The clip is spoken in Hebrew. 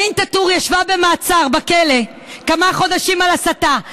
דארין טאטור ישבה במעצר בכלא כמה חודשים על הסתה.